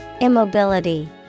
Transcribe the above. Immobility